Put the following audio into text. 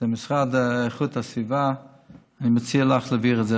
למשרד לאיכות הסביבה אני מציע לך להעביר את זה.